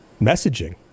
messaging